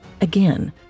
Again